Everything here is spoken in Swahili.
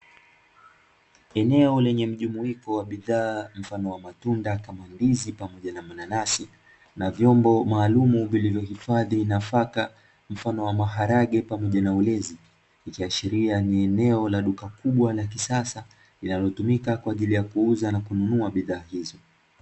Eneo lenye mjumuiko wa bidhaa mfano wa matunda kama ndizi pamoja na mananasi na vyombo maalumu vilivyoifadhi nafaka mfano wa maharage pamoja na ulezi ikiashiria ni eneo la duka kubwa na la kisasa linalotumika kwaajili ya kuuza na kununua bidhaa hizo.